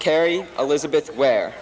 carry elizabeth where